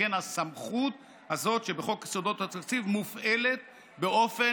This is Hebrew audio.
שכן הסמכות הזאת שבחוק יסודות התקציב מופעלת באופן,